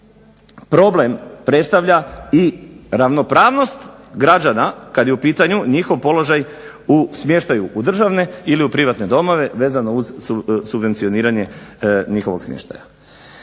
problem predstavlja i ravnopravnost građana kad je u pitanju njihov položaj u smještaju u državne ili u privatne domove, vezano uz subvencioniranje njihovog smještaja.